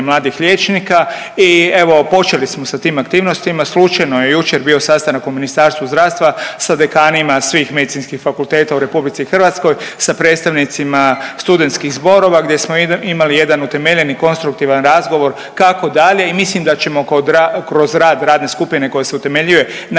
mladih liječnika. I evo počeli smo sa tim aktivnostima. Slučajno je jučer bio sastanak u Ministarstvu zdravstva sa dekanima svih medicinskih fakulteta u Republici Hrvatskoj, sa predstavnicima studentskih zborova, gdje smo imali jedan utemeljen, konstruktivan razgovor kako dalje. I mislim da ćemo kroz rad radne skupine koja se utemeljuje naći